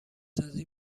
سازی